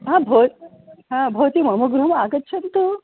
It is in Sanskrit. हा भवत् हा भवती मम गृहे आगच्छन्तु